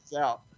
out